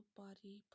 body